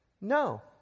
No